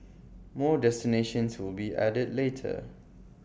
more destinations will be added later